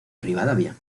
rivadavia